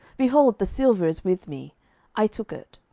behold, the silver is with me i took it.